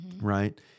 Right